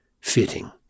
fitting